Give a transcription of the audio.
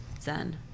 zen